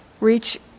reach